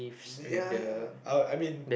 ya ya oh I mean